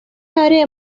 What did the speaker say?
اره